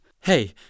Hey